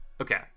okay